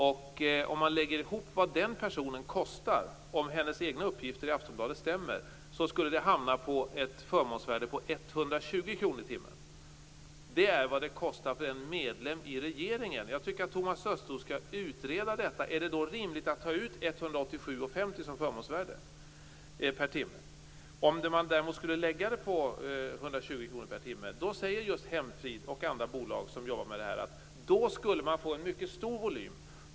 Om man lägger ihop vad den personen kostar - om Anna Lindhs uppgifter i Aftonbladet stämmer - skulle man hamna på ett förmånsvärde på 120 kr i timmen. Det är vad det kostar för en medlem i regeringen. Jag tycker att Thomas Östros skall utreda detta. Är det då rimligt att ta ut 187,50 per timme som förmånsvärde? Om man däremot skulle lägga förmånsvärdet på 120 kr per timme säger Hemfrid och andra bolag som jobbar med dessa uppgifter att volymen skulle bli mycket stor.